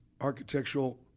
architectural